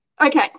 okay